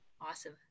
Awesome